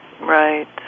Right